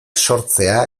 sortzea